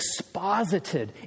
exposited